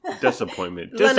disappointment